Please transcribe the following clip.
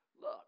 look